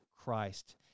Christ